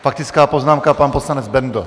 Faktická poznámka, pan poslanec Bendl.